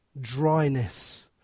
dryness